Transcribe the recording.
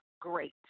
great